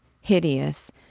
hideous